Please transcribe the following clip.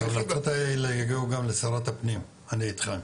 שההמלצות האלה יגיעו גם לשרת הפנים, אני איתך.